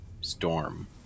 Storm